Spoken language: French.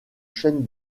chaînes